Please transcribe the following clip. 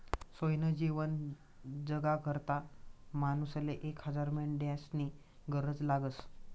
सोयनं जीवन जगाकरता मानूसले एक हजार मेंढ्यास्नी गरज लागस